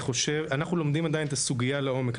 אנחנו לומדים עדיין את הסוגייה לעומק.